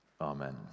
Amen